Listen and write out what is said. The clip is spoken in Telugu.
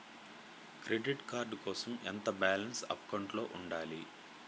క్రెడిట్ కార్డ్ కోసం ఎంత బాలన్స్ అకౌంట్లో ఉంచాలి?